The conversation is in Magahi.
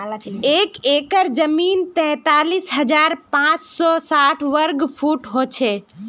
एक एकड़ जमीन तैंतालीस हजार पांच सौ साठ वर्ग फुट हो छे